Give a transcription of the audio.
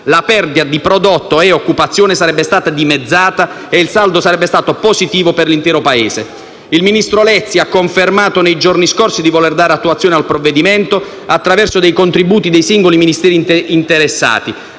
la perdita di prodotto e occupazione sarebbe stata dimezzata e il saldo sarebbe stato positivo per l'intero Paese. Il ministro Lezzi ha confermato nei giorni scorsi di voler dare attuazione al provvedimento attraverso contributi dei singoli Ministeri interessati: